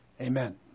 Amen